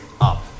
up